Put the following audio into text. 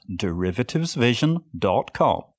DerivativesVision.com